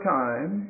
time